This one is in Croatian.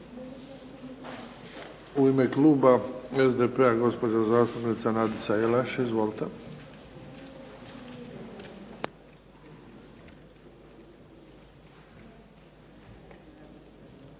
U ime kluba SDP-a, gospođa zastupnica Nadica Jelaš. Izvolite.